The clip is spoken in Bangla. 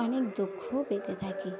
অনেক দুঃখও পেতে থাকি